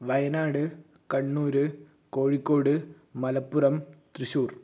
Wayanad Kannur Kozhikode Malappuram Thrissur